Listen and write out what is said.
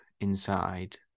inside